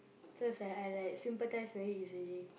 so it's like I like sympathise very easily